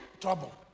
trouble